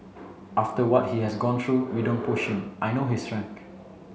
after what he has gone through we don't push him I know his strength